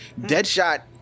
Deadshot